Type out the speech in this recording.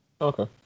Okay